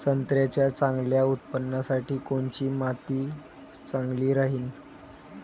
संत्र्याच्या चांगल्या उत्पन्नासाठी कोनची माती चांगली राहिनं?